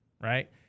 Right